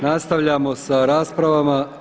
Nastavljamo sa raspravama.